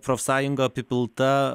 profsąjunga apipilta